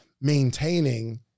maintaining